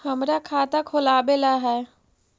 हमरा खाता खोलाबे ला है?